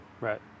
Right